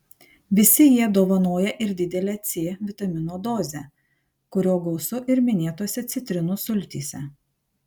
visi jie dovanoja ir didelę c vitamino dozę kurio gausu ir minėtose citrinų sultyse